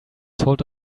told